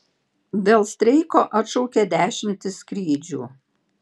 dėl streiko atšaukia dešimtis skrydžių